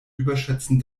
überschätzen